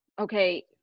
okay